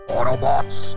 Autobots